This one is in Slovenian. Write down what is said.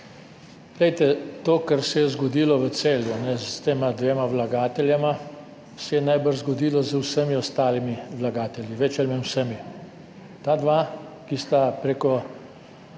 To, kar se je zgodilo v Celju s tema dvema vlagateljema, se je najbrž zgodilo z vsemi ostalimi vlagatelji, več ali manj z vsemi. Ta dva, ki sta